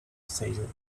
sale